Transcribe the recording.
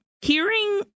hearing